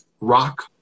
rock